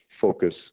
focus